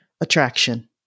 attraction